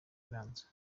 ibanza